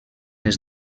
les